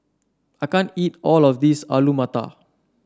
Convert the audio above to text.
I can't eat all of this Alu Matar